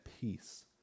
peace